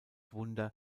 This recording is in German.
wunder